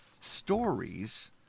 stories